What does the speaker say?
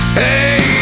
hey